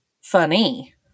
Funny